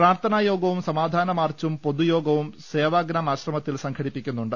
പ്രാർത്ഥനായോഗവും സമാധാന മാർച്ചും പൊതുയോഗവും സേവാഗ്രാം ആശ്രമത്തിൽ സംഘടിപ്പിക്കുന്നുണ്ട്